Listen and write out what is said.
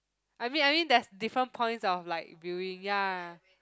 I mean I mean there's different points of like viewing ya